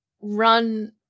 run